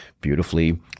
beautifully